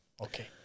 Okay